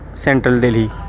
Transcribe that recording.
central Delhi